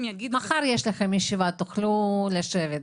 מחר יש לכם ישיבה, תוכלו לשבת.